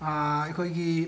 ꯑꯩꯈꯣꯏꯒꯤ